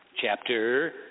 chapter